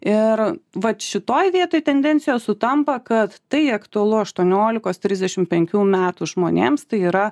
ir vat šitoj vietoj tendencijos sutampa kad tai aktualu aštuoniolikos trisdešimt penkių metų žmonėms tai yra